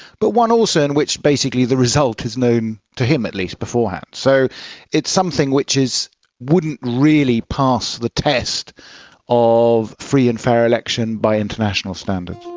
but one also in which basically the result is known to him at least beforehand. so it's something which wouldn't really pass the test of free and fair election by international standards.